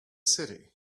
city